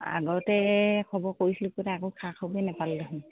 আগতে খবৰ কৰিছিলোঁ কিন্তু একো খা খবৰেই নেপালোঁ দেখোন